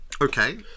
Okay